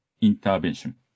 intervention